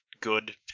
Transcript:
good